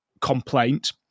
complaint